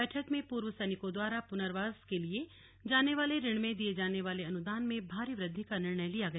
बैठक में पूर्व सैनिकों द्वारा पुनर्वास के लिए लिए जाने वाले ऋण में दिये जाने वाले अनुदान में भारी वृद्धि का निर्णय लिया गया